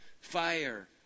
Fire